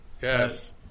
Yes